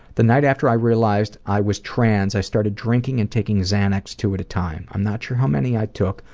the night after i realized i was trans, i started drinking and taking xanax two at a time. i'm not sure how many i took,